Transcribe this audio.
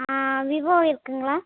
Vivo இருக்குதுங்களா